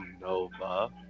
nova